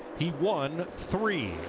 he won three.